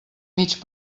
mig